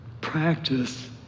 practice